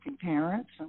parents